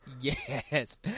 Yes